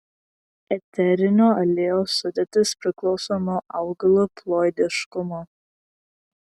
eterinio aliejaus sudėtis priklauso nuo augalų ploidiškumo